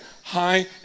high